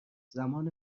زمان